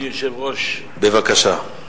בבקשה.